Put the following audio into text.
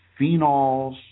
phenols